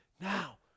Now